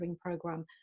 program